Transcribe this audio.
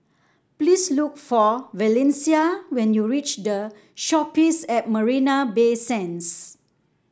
please look for Valencia when you reach The Shoppes at Marina Bay Sands